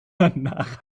danach